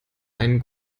einen